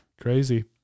Crazy